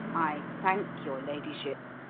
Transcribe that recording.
i thank your ladyship,